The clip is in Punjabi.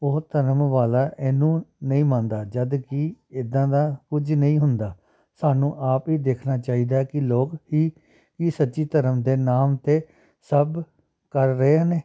ਉਹ ਧਰਮ ਵਾਲਾ ਇਹਨੂੰ ਨਹੀਂ ਮੰਨਦਾ ਜਦੋਂ ਕਿ ਇੱਦਾਂ ਦਾ ਕੁਝ ਨਹੀਂ ਹੁੰਦਾ ਸਾਨੂੰ ਆਪ ਹੀ ਦੇਖਣਾ ਚਾਹੀਦਾ ਕਿ ਲੋਕ ਹੀ ਕੀ ਸੱਚੀ ਧਰਮ ਦੇ ਨਾਮ 'ਤੇ ਸਭ ਕਰ ਰਹੇ ਨੇ